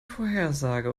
vorhersage